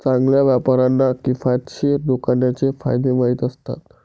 चांगल्या व्यापाऱ्यांना किफायतशीर दुकानाचे फायदे माहीत असतात